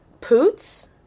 Poots